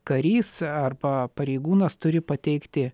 karys arba pareigūnas turi pateikti